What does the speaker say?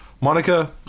monica